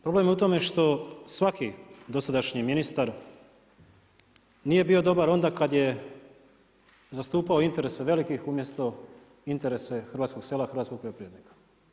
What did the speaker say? Problem je u tome što svaki dosadašnji ministar nije bio dobar onda kad je zastupao interese velikih umjesto interese hrvatskog sela hrvatskog poljoprivrednika.